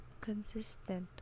consistent